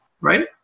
right